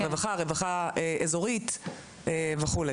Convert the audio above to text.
רווחה אזורית וכו'.